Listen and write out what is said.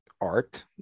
art